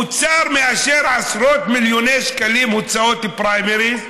האוצר מאשר עשרות מיליוני שקלים הוצאות פריימריז,